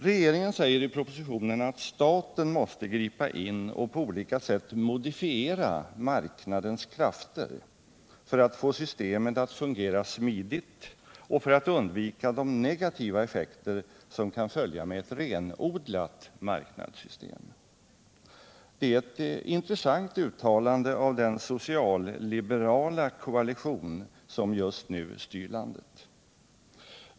Regeringen säger i propositionen att staten måste gripa in och på olika sätt modifiera marknadens krafter för att få systemet att fungera smidigt och för att undvika de negativa effekter som kan följa med ett renodlat marknadssystem. Det är ett intressant uttalande av den socialliberala koalition som just nu styr landet.